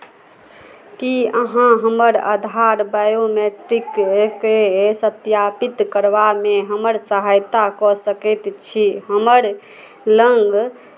की अहाँ हमर आधार बायोमेट्रिककेँ सत्यापित करबामे हमर सहायता कऽ सकैत छी हमर लग